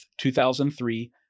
2003